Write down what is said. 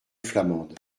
flamande